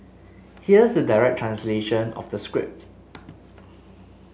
here's the direct translation of the script